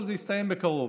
אבל זה יסתיים בקרוב.